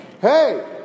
hey